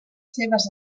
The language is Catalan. seves